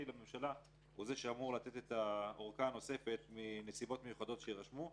לממשלה הוא שאמור לתת את האורכה הנוספת מנסיבות מיוחדות שיירשמו.